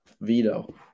veto